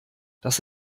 das